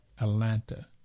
Atlanta